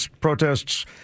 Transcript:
protests